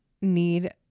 need